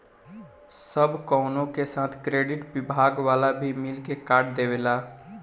सब कवनो के साथ क्रेडिट विभाग वाला भी मिल के कार्ड देवेला